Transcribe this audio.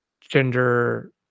gender